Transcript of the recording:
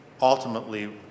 ultimately